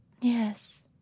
Yes